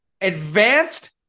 advanced